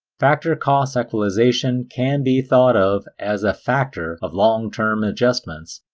factor-cost equalization can be thought of as a factor of long-term adjustments,